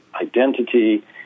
identity